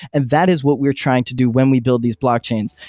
and that is what we're trying to do when we build these blockchains.